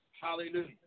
Hallelujah